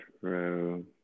True